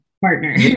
partner